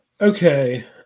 Okay